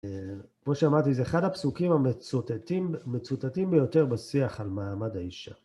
כמו שאמרתי, זה אחד הפסוקים המצוטטים ביותר בשיח על מעמד האישה.